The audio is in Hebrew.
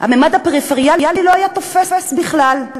הממד הפריפריאלי לא היה תופס בכלל.